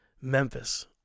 Memphis